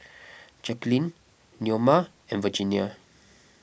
Jacquelynn Neoma and Virginia